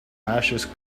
ashes